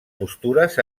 postures